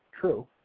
true